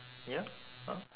ya !huh!